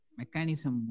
mechanism